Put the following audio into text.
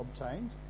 obtained